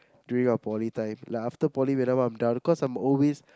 during our poly times like after poly whenever I'm done cause I'm always